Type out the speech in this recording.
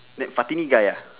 that fatini guy ya